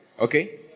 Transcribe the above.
Okay